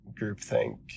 groupthink